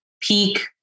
peak